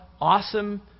awesome